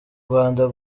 rwanda